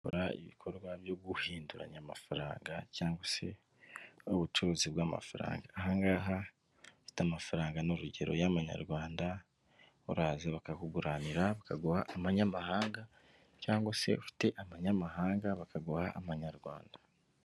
Bakora ibikorwa byo guhinduranya amafaranga cyangwa se ubucuruzi bw'amafaranga, aha ngaha bafite amafaranga nk'urugero y'abamanyarwanda uraza bakakuguranira bakaguha amanyamahanga cyangwa se ufite abanyamahanga bakaguha amanyarwanda.